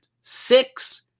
Six